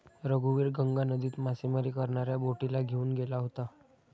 रघुवीर गंगा नदीत मासेमारी करणाऱ्या बोटीला घेऊन गेला होता